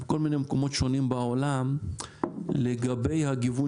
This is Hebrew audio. בכל מיני מקומות שונים בעולם לגבי הגיוון